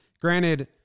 Granted